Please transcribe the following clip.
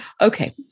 okay